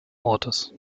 ortes